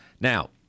Now